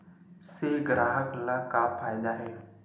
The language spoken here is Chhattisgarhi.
से ग्राहक ला का फ़ायदा हे?